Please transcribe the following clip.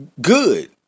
good